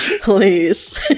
please